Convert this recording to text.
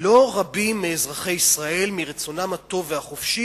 לא רבים מאזרחי ישראל מרצונם הטוב והחופשי